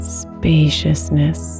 spaciousness